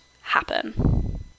happen